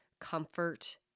comfort